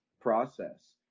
process